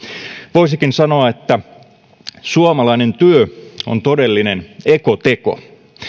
voisikin sanoa että suomalainen työ on todellinen ekoteko